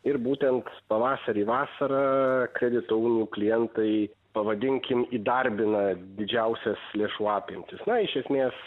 ir būtent pavasarį vasarą kredito unijų klientai pavadinkim įdarbina didžiausias lėšų apimtis na iš esmės